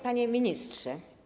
Panie Ministrze!